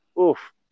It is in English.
oof